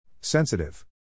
Sensitive